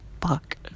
Fuck